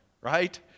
right